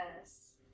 Yes